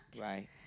Right